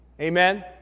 Amen